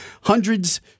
hundreds